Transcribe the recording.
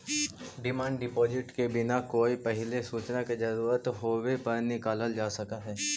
demand deposit के बिना कोई पहिले सूचना के जरूरत होवे पर निकालल जा सकऽ हई